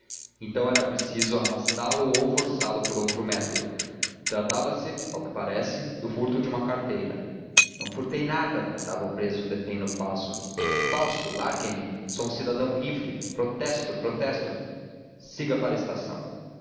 então era preciso arrastá lo ou forçá lo por outro método tratava-se ao que parece do furto de uma carteira não furtei nada bradava o preso detendo o passo é falso larguem me sou um cidadão livre protesto protesto siga para a estação